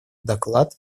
доклад